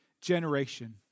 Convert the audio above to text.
generation